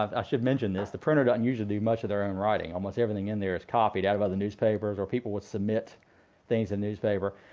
should mention this, the printer doesn't usually do much of their own writing. almost everything in there is copied out of other newspapers or people would submit things in newspaper.